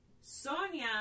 Sonia